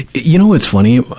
you know, it's funny.